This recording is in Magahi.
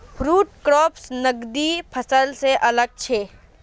फ़ूड क्रॉप्स नगदी फसल से अलग होचे